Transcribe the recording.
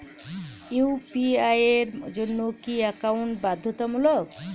UPI এর জন্য কি একাউন্ট বাধ্যতামূলক?